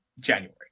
January